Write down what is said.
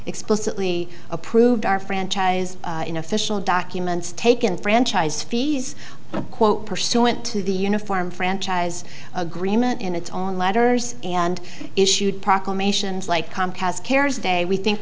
explicitly approved our franchise in official documents taken franchise fees quote pursuant to the uniform franchise agreement in its own letters and issued proclamations like comcast cares day we think